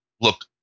look